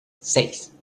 seis